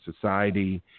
society